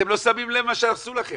אתם לא שמים לב למה שעשו לכם,